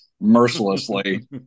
mercilessly